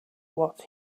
what